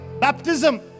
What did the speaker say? baptism